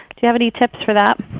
do you have any tips for that?